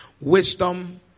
wisdom